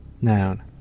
Noun